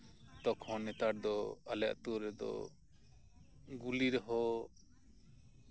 ᱛᱚᱠᱷᱚᱱ ᱱᱮᱛᱟᱨ ᱫᱚ ᱟᱞᱮ ᱟᱹᱛᱩ ᱨᱮᱫᱚ ᱜᱳᱞᱤ ᱨᱮᱦᱚᱸ